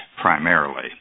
primarily